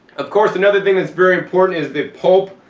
of course, another thing that's very important is the pulp.